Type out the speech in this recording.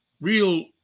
real